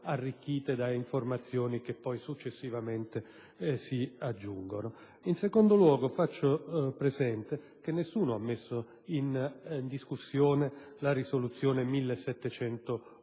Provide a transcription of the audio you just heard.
In secondo luogo, faccio presente che nessuno ha messo in discussione la risoluzione n.